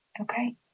Okay